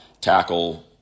tackle